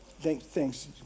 thanks